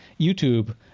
YouTube